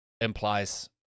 implies